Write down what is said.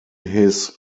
his